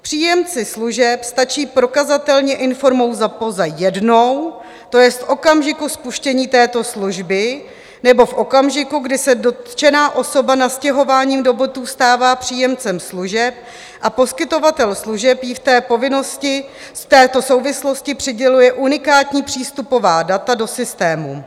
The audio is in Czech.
Příjemci služeb stačí prokazatelně informovat pouze jednou, to jest v okamžiku spuštění této služby nebo v okamžiku, kdy se dotčená osoba nastěhováním do bytu stává příjemcem služeb, a poskytovatel služeb jí v té povinnosti z této souvislosti přiděluje unikátní přístupová data do systému.